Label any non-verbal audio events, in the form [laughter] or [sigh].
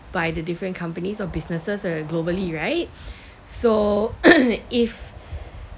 by the different companies or businesses uh globally right [breath] so [coughs] if